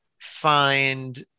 find